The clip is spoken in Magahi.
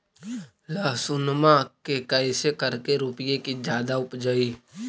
लहसूनमा के कैसे करके रोपीय की जादा उपजई?